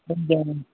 ம் சரிங்க